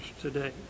today